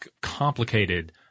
complicated